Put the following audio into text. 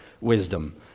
wisdom